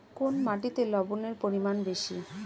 কোন মাটিতে লবণের পরিমাণ বেশি?